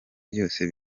byose